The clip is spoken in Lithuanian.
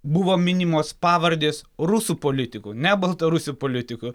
buvo minimos pavardės rusų politikų ne baltarusių politikų